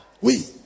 Oui